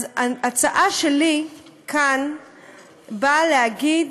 ההצעה שלי כאן נועדה להגיד: